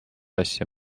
asja